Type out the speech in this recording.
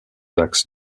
axes